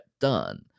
done